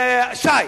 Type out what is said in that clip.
שי,